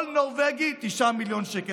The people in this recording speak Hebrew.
כל נורבגי, 9 מיליון שקל.